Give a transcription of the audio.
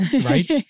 Right